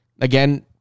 again